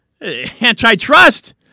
Antitrust